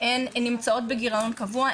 הן נמצאות בגירעון קבוע,